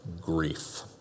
grief